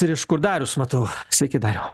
ir iš kur matau sveiki dariau